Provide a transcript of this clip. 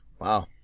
Wow